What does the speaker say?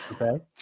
Okay